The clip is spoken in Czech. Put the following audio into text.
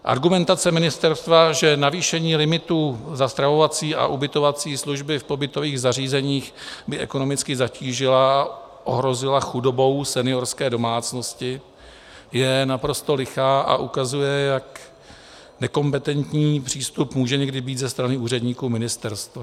Argumentace ministerstva, že navýšení limitů za stravovací a ubytovací služby v pobytových zařízeních by ekonomicky zatížila, ohrozila chudobou seniorské domácnosti, je naprosto lichá a ukazuje, jak nekompetentní přístup může někdy být ze strany úředníků ministerstva.